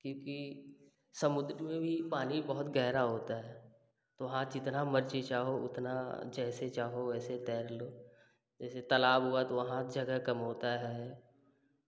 क्योंकि समुद्र में भी पानी बहुत गहरा होता है तो वहाँ जितना मर्ज़ी चाहो उतना जैसे चाहो वैसे तैरलो जैसे तालाब हुआ तो वहाँ तो जगह कम होती है